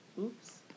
Oops